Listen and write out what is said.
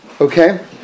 okay